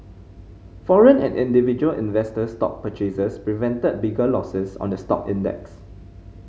foreign and individual investor stock purchases prevented bigger losses on the stock index